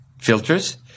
filters